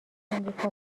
آمریکا